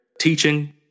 teaching